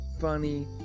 funny